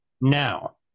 Now